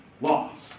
lost